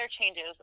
changes